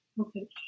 Okay